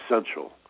essential